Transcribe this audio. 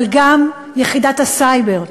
אבל זו גם יחידת הסייבר,